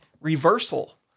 reversal